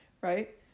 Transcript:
right